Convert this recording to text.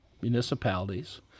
municipalities